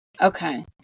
Okay